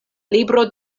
libro